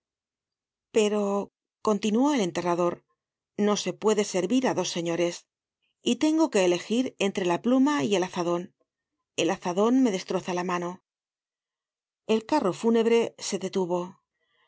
pero continuó el enterrador no se puede servir á dos señores y tengo que elegir entre la pluma y el azadon el azadon me destroza la mano content from google book search generated at el carro fúnebre se detuvo el